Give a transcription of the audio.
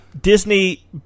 Disney